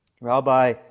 Rabbi